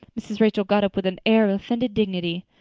mrs. rachel got up with an air of offended dignity.